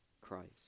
Christ